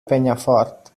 penyafort